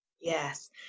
yes